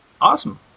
Awesome